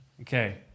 Okay